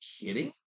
kidding